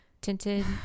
tinted